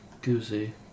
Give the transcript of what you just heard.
Goosey